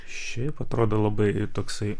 šiaip atrodo labai toksai